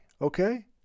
okay